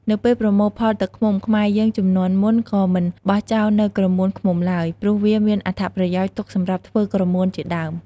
នៅពេលប្រមូលផលទឹកឃ្មុំ ខ្មែរយើងជំនាន់មុនក៏មិនបោះចោលនូវក្រមួនឃ្មុំឡើយ ព្រោះវាមានអត្ថប្រយោជន៍ទុកសម្រាប់ធ្វើក្រមួនជាដើម។